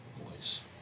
voice